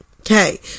Okay